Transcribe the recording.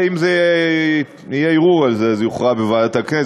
אם יהיה ערעור על זה, זה יוכרע בוועדת הכנסת.